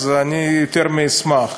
אני יותר מאשמח.